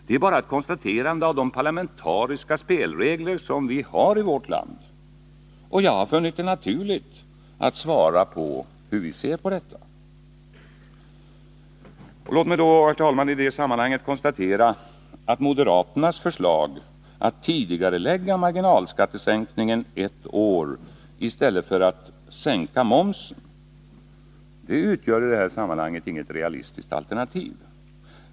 Det är bara ett konstaterande av de parlamentariska spelregler vi har i vårt land. Och jag har funnit det naturligt att svara på hur vi ser på detta. Låt mig då, herr talman, i detta sammanhang konstatera att moderaternas förslag att tidigarelägga marginalskattesänkningen ett år i stället för att sänka momsen inte utgör något realistiskt alternativ.